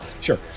Sure